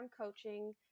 coaching